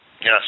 Yes